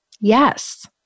Yes